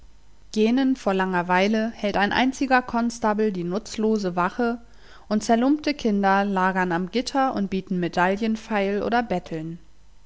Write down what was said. gähnend vor langerweile hält ein einziger konstabel die nutzlose wache und zerlumpte kinder lagern am gitter und bieten medaillen feil oder betteln